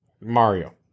Mario